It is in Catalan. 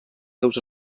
seus